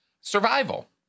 survival